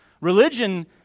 Religion